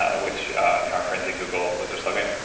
ah which you know our friends at google was their slogan,